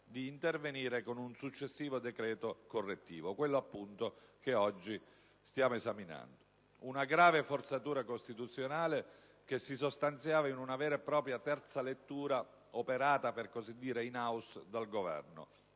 di intervenire con un successivo decreto correttivo, quello appunto che oggi stiamo esaminando. Una grave forzatura costituzionale che si sostanziava in una vera e propria terza lettura operata dal Governo